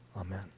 Amen